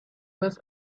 was